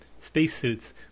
spacesuits